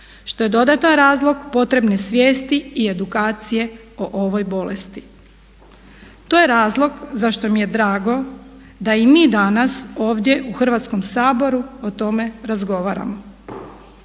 što je dodatan razlog potrebne svijesti i edukacije o ovoj bolesti. To je razlog zašto mi je drago da i mi danas ovdje u Hrvatskom saboru o tome razgovaramo.